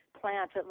plant